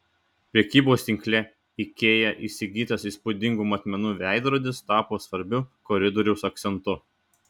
prekybos tinkle ikea įsigytas įspūdingų matmenų veidrodis tapo svarbiu koridoriaus akcentu